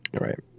Right